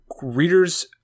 readers